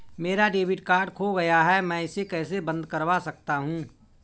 मेरा debit card खो गया है मैं इसे कैसे बंद करवा सकता हूँ?